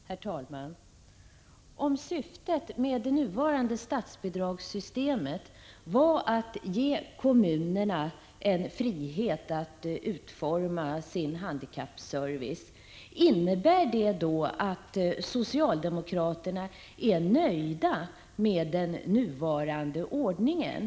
Herr talman! Om syftet med det gällande statsbidragssystemet var att ge kommunerna frihet att utforma sin handikappservice, är socialdemokraterna då nöjda med den nuvarande ordningen?